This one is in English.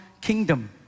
kingdom